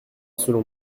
selon